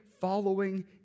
following